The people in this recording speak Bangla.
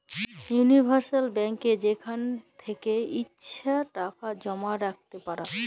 উলিভার্সাল ব্যাংকে যেখাল থ্যাকে ইছা টাকা জমা রাইখতে পার